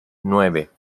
nueve